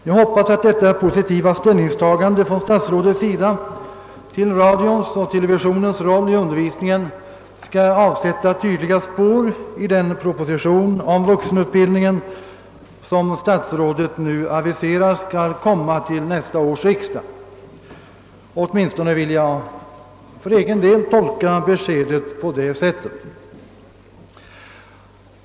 Jag hoppas att detta statsrådets positiva ställningstagande beträffande radions och televisionens roll i undervisningen skall avsätta tydliga spår i den proposition om vuxenutbildningen som statsrådet nu aviserar skall komma till nästa års riksdag. Åtminstone vill jag tolka beskedet på det sättet.